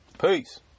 peace